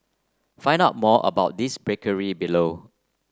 find out more about this bakery below